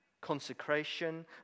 consecration